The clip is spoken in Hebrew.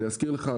אני אזכיר לאדוני,